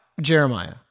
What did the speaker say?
Jeremiah